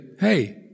hey